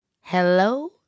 hello